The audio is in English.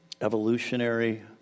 evolutionary